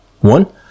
one